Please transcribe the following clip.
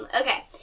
Okay